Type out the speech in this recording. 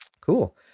Cool